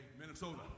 Minnesota